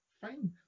fine